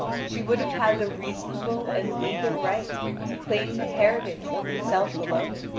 she would have had the reasonable and legal right to claim the heritage for herself alone.